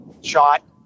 shot